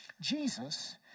Jesus